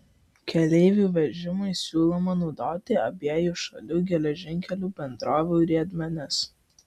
keleivių vežimui siūloma naudoti abiejų šalių geležinkelių bendrovių riedmenis